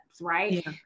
right